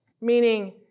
meaning